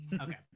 Okay